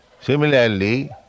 Similarly